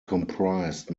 comprised